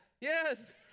Yes